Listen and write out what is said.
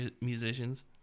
musicians